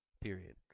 period